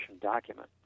document